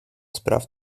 spraw